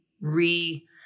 re